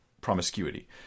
promiscuity